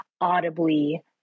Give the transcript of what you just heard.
audibly